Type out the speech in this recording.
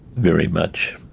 very much